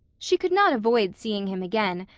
she could not avoid seeing him again,